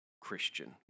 Christian